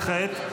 וכעת?